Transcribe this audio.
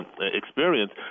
experience